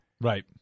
Right